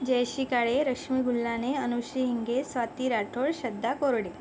जयशी काळे रश्मी गुल्हाने अनुशी इंगे स्वाती राठोड श्रद्धा कोरडे